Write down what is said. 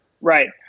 right